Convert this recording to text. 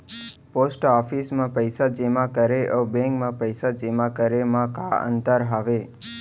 post office मा पइसा जेमा करे अऊ बैंक मा पइसा जेमा करे मा का अंतर हावे